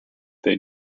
they